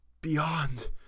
beyond